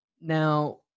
now